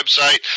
website